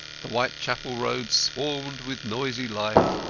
the whitechapel road swarmed with noisy life,